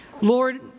Lord